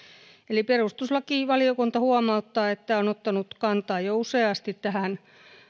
eli perustuslakivaliokunta huomauttaa että on ottanut kantaa jo useasti tähän